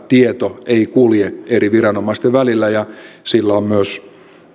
tieto ei kulje eri viranomaisten välillä ja sillä on myös